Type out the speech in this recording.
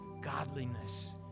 godliness